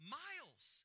miles